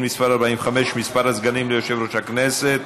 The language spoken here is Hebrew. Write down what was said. מס' 45) (מספר הסגנים ליושב-ראש הכנסת),